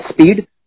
speed